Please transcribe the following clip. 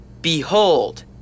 Behold